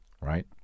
right